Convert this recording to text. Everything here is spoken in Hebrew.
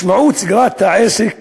משמעות סגירת העסק